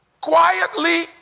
quietly